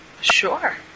Sure